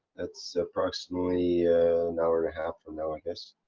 that's approximately an hour and a half from now, i guess.